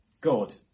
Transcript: God